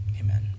Amen